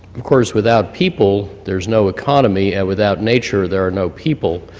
of course, without people there's no economy, and without nature there are no people,